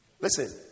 Listen